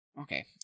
Okay